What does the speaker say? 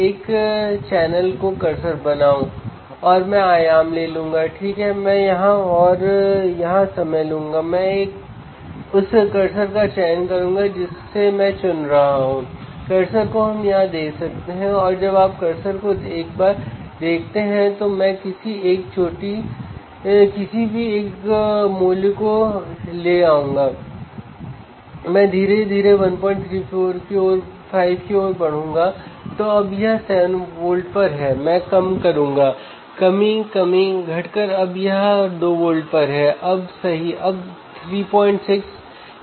इसलिए जब आप सभी मानों को एक साथ रखते हैं तो आप पाएंगे कि आउटपुट वोल्टेज जो हमें हमारे प्रयोगों में मिला है उसके करीब है